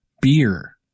beer